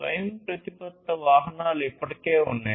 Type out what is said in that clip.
స్వయంప్రతిపత్త వాహనాలు ఇప్పటికే ఉన్నాయి